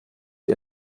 ihr